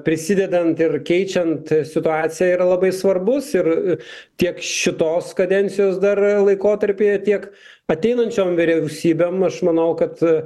prisidedant ir keičiant situaciją yra labai svarbus ir tiek šitos kadencijos dar laikotarpyje tiek ateinančiom vyriausybėm aš manau kad